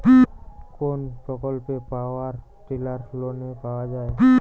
কোন প্রকল্পে power tiller লোনে পাওয়া য়ায়?